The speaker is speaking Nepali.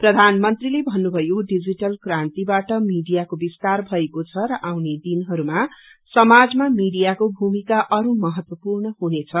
प्रधानमन्त्रीले भन्नुभयो डिजिटल क्कान्तिबाट मीडियाको विस्तार भएको छ र आउने दिनहरूमा समाजमा मीडियाको भूमिक महत्त्वपूर्ण हुनेछ